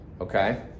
okay